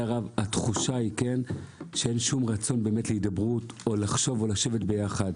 התחושה היא שאין רצון אמיתי להידברות או לחשוב או לשבת ביחד.